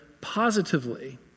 positively